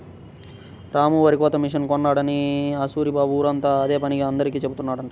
రాము వరికోత మిషన్ కొన్నాడని ఆ సూరిబాబు ఊరంతా అదే పనిగా అందరికీ జెబుతున్నాడంట